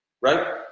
Right